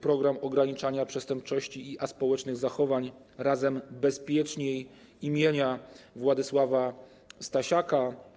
Program ograniczania przestępczości i aspołecznych zachowań „Razem bezpiecznej” im. Władysława Stasiaka.